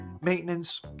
maintenance